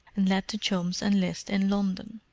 and let the chums enlist in london.